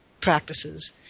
practices